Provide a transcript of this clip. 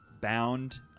bound